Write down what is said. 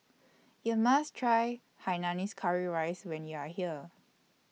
YOU must Try Hainanese Curry Rice when YOU Are here